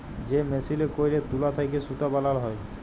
যে মেসিলে ক্যইরে তুলা থ্যাইকে সুতা বালাল হ্যয়